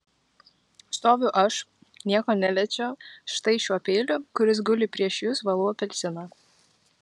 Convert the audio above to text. stoviu aš nieko neliečiu štai šiuo peiliu kuris guli prieš jus valau apelsiną